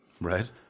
right